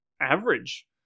average